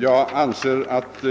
Jag anser att